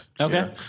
Okay